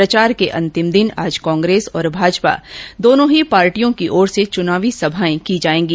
प्रचार के अंतिम दिन आज कांग्रेस और भाजपा दोनो ही पार्टियों की ओर से चुनावी सभाएं की जाएंगी